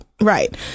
Right